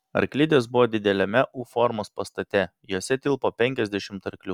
arklidės buvo dideliame u formos pastate jose tilpo penkiasdešimt arklių